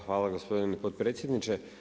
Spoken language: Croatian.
Hvala gospodine potpredsjedniče.